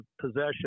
possession